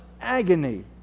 agony